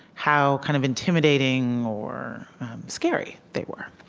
how kind of intimidating or scary they were.